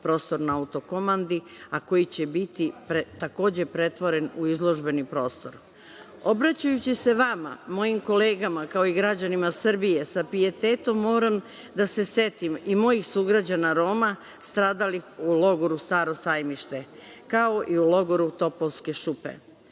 prostor na Autokomandi, a koji će biti takođe pretvoren u izložbeni prostor. Obraćajući se vama, mojim kolegama, kao i građanima Srbije sa pijetetom moram da se setim i mojih sugrađana Roma stradalih u logoru „Staro Sajmište“, kao i u logoru „Topovske šupe“.